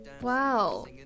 wow